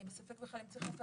אני בספק בכלל אם צריך רופא,